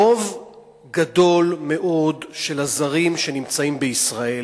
רוב גדול מאוד של הזרים שנמצאים בישראל